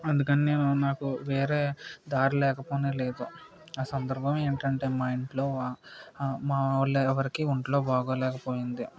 అందుకని నేను నాకు వేరే దారి లేకపోయి లేదు ఆ సందర్భం ఏమిటంటే మా ఇంట్లో మా వాళ్ళు ఎవరికి ఒంట్లో బాగలేక పోయింది